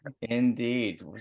Indeed